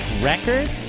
record